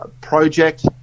project